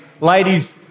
Ladies